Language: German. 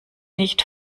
nicht